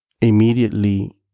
Immediately